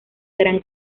gran